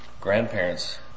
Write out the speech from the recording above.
grandparents